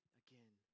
again